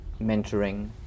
mentoring